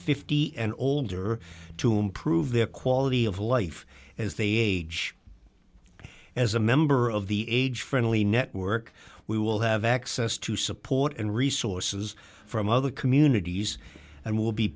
fifty and older to improve their quality of life as they age as a member of the age friendly network we will have access to support and resources from other communities and will be